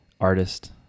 Artist